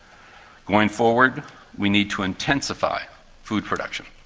going forward we need to intensify food production,